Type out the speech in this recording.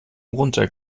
runter